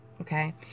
okay